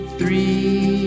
three